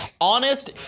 honest